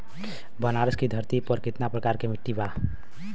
बनारस की धरती पर कितना प्रकार के मिट्टी बा?